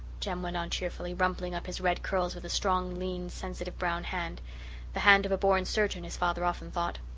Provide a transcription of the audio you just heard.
jem went on cheerfully, rumpling up his red curls with a strong, lean, sensitive brown hand the hand of the born surgeon, his father often thought.